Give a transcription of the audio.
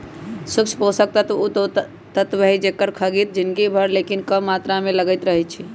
सूक्ष्म पोषक तत्व उ तत्व हइ जेकर खग्गित जिनगी भर लेकिन कम मात्र में लगइत रहै छइ